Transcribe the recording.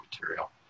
material